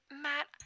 Matt